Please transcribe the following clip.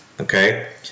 Okay